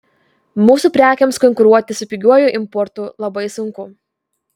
mūsų prekėms konkuruoti su pigiuoju importu labai sunku